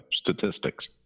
statistics